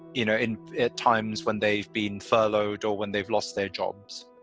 you know, and at times when they've been furloughed or when they've lost their jobs